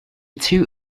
two